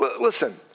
Listen